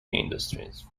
industries